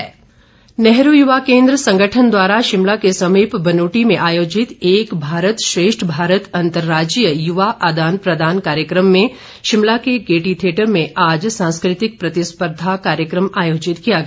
नेहरू युवा केन्द्र नेहरू युवा केन्द्र संगठन द्वारा शिमला के समीप बनूटी में आयोजित एक भारत श्रेष्ठ भारत अंतर्राज्यीय युवा आदान प्रदान कार्यक्रम में शिमला के गेयटी थियेटर में आज सांस्कृतिक प्रतिस्पर्धा कार्यक्रम आयोजित किया गया